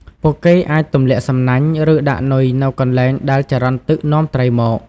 ពួកគេអាចទម្លាក់សំណាញ់ ឬដាក់នុយនៅកន្លែងដែលចរន្តទឹកនាំត្រីមក។